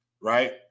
right